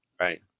Right